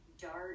dark